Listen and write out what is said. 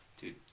Dude